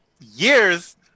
years